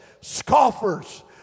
scoffers